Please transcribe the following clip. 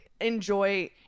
enjoy